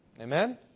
Amen